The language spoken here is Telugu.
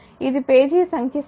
ఇది పేజీ సంఖ్య 17